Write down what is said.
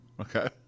Okay